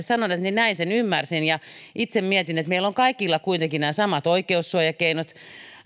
sanoneet niin näin sen ymmärsin ja itse mietin että meillä on kaikilla kuitenkin nämä samat oikeussuojakeinot